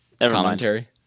commentary